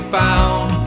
found